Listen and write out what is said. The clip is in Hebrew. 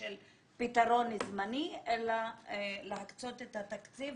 של פתרון זמני אלא להקצות את התקציב